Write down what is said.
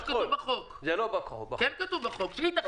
זה מה שכתוב בהצעת החוק, שהיא תחליט.